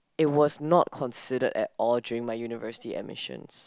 it was not considered at all during my university admissions